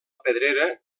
pedrera